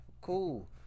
Cool